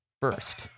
first